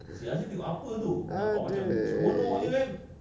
!aduh!